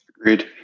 Agreed